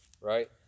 Right